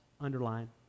underline